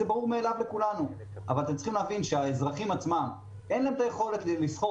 אתם צריכים להבין שלאזרחים עצמם אין את היכולת לשכור